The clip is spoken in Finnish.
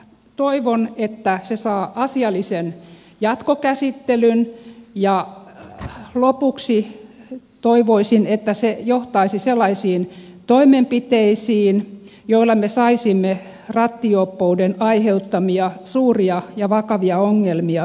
toivon että se saa asiallisen jatkokäsittelyn ja lopuksi toivoisin että se johtaisi sellaisiin toimenpiteisiin joilla me saisimme rattijuoppouden aiheuttamia suuria ja vakavia ongelmia pienennettyä